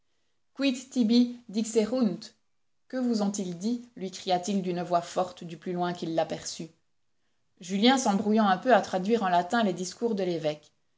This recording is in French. quid tibi dixerunt que vous ont-ils dit lui cria-t-il d'une voix forte du plus loin qu'il l'aperçut julien s'embrouillant un peu à traduire en latin les discours de l'évêque